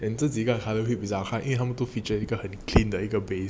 这几个 colourway 比较 hype 因为他们都 feature 那个很的一个 base